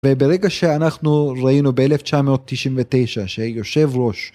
וברגע שאנחנו ראינו ב1999 שיושב ראש.